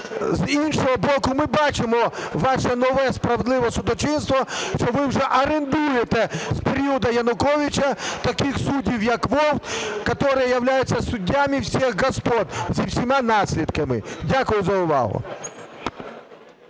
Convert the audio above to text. З іншого боку, ми бачимо ваше нове справедливе судочинство, що ви вже орендуєте з періоду Януковича таких суддів, як Вовк, которые являются судьями всех господ, зі всіма наслідками. Дякую за увагу.